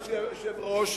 אדוני היושב-ראש,